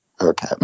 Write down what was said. Okay